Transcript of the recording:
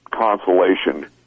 consolation